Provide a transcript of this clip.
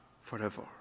forever